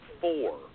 four